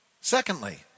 Secondly